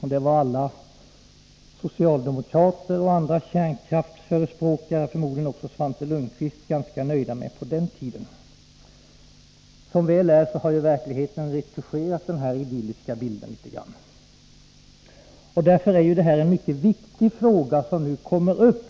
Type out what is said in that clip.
Detta var alla — socialdemokrater och andra kärnkraftsförespråkare och förmodligen också Svante Lundkvist — ganska nöjda med på den tiden. Som väl är har verkligheten retuscherat den här idylliska bilden litet grand. Det är mycket viktiga frågor som nu kommer upp.